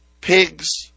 pigs